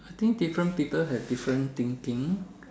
I think different people have different thinking